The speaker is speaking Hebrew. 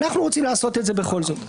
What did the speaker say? אנחנו רוצים לעשות את זה בכל זאת.